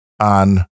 on